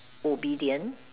obedient